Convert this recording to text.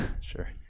Sure